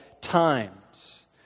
times